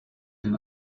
den